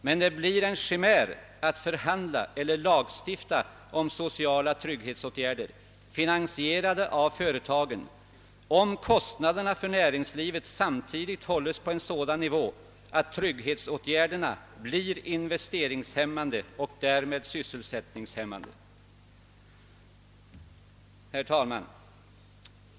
Men det blir en chimär att förhandla eller lagstifta om sociala trygghetsåtgärder, finansierade av företagen, om kostnaderna för näringslivet samtidigt hålles på en sådan nivå att trygghetsåtgärderna blir investeringshämmande och därmed sysselsättningshämmande. Herr talman!